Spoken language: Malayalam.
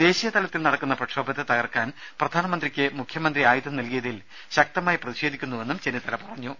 ദേശീയ തലത്തിൽ നടക്കുന്ന പ്രക്ഷോഭത്തെ തകർക്കാൻ പ്രധാനമന്ത്രിക്ക് മുഖ്യമന്ത്രി ആയുധം നൽകിയതിൽ ശക്തമായി പ്രതിഷേധിക്കുന്നുവെന്നും ചെന്നിത്തല പറഞ്ഞു